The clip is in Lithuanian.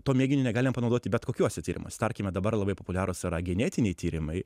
to mėginio negalima panaudoti bet kokiuose tyrimuose tarkime dabar labai populiarūs yra genetiniai tyrimai